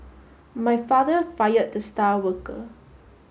my father fired the star worker